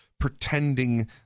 pretending